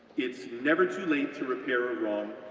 it's never too late to repair a wrong,